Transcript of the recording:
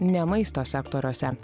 ne maisto sektoriuose